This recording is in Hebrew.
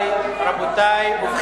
זה אומרים, את זה תסבירי במקום אחר, גברתי.